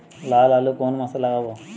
লাল আলু কোন মাসে লাগাব?